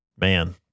man